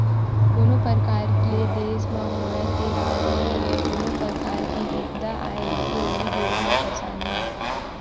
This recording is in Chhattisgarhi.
कोनो परकार ले देस म होवय ते राज म होवय कोनो परकार के बिपदा आए रहिथे उही बेरा म परसानी होथे